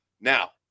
Now